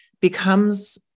becomes